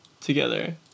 together